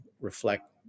reflect